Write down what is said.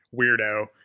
weirdo